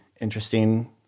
interesting